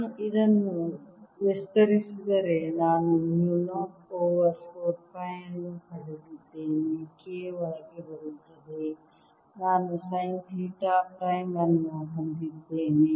ನಾನು ಇದನ್ನು ವಿಸ್ತರಿಸಿದರೆ ನಾನು ಮ್ಯೂ 0 ಓವರ್ 4 ಪೈ ಅನ್ನು ಪಡೆದಿದ್ದೇನೆ K ಒಳಗೆ ಬರುತ್ತದೆ ನಾನು ಸೈನ್ ಥೀಟಾ ಪ್ರೈಮ್ ಅನ್ನು ಹೊಂದಿದ್ದೇನೆ